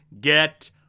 get